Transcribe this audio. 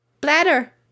bladder